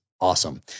Awesome